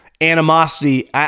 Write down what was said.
Animosity